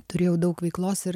turėjau daug veiklos ir